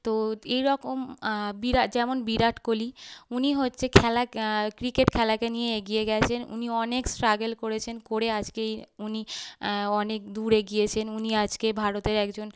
তো এইরকম বিরা যেমন বিরাট কোহলি উনি হচ্ছে খেলা ক্রিকেট খেলাকে নিয়ে এগিয়ে গিয়েছেন উনি অনেক স্ট্রাগল করেছেন করে আজকে এই উনি অনেক দূর এগিয়েছেন উনি আজকে ভারতের একজন